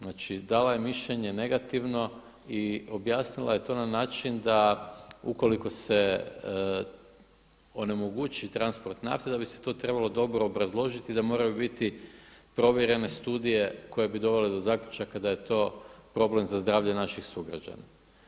Znači dala je mišljenje negativno i objasnila je to na način da ukoliko se onemogući transport nafte da bi se to trebalo dobro obrazložiti i da moraju bit provjerene studije koje bi dovele do zaključaka da je to problem za zdravlje naših sugrađana.